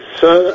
sir